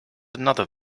another